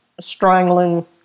strangling